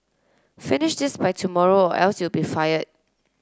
finish this by tomorrow or else you'll be fired